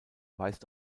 weist